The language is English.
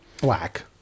Black